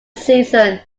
season